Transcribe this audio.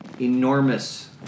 Enormous